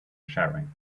sharing